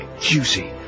juicy